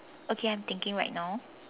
okay I'm thinking right now